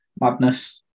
Madness